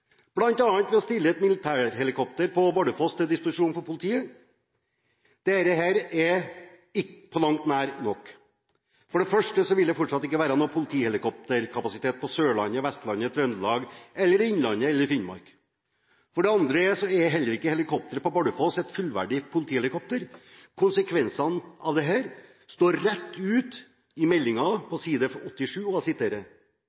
bl.a. ved å stille et militærhelikopter på Bardufoss til disposisjon for politiet. Dette er ikke på langt nær nok. For det første vil det fortsatt ikke være noen politihelikopterkapasitet på Sørlandet, på Vestlandet, i Trøndelag, i innlandet eller i Finnmark. For det andre er heller ikke helikopteret på Bardufoss et fullverdig politihelikopter. Konsekvensene av dette er sagt rett ut på side 87 i